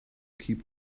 keep